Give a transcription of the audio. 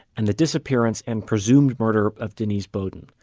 and the disappearance and presumed murder of denise beaudin.